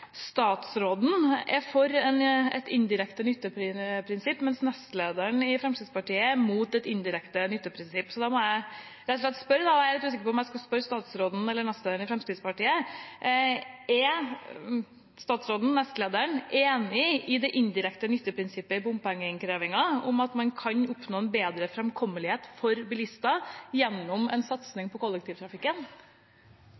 må jeg rett og slett spørre – jeg er litt usikker på om jeg skal spørre statsråden eller nestlederen i Fremskrittspartiet: Er statsråden/nestlederen enig i det indirekte nytteprinsippet i bompengeinnkrevingen om at man kan oppnå en bedre framkommelighet for bilister gjennom en